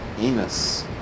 Enos